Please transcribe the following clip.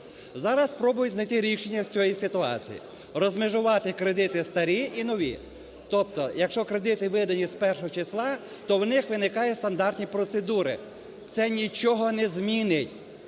Зараз спробую знайти рішення з цієї ситуації. Розмежувати кредити старі і нові. Тобто, якщо кредити видані з першого числа, то у них виникають стандартні процедури. Це нічого не змінить,